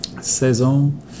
saison